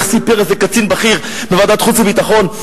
איך סיפר איזה קצין בכיר בוועדת החוץ והביטחון?